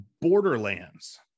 Borderlands